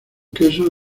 queso